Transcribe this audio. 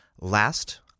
Last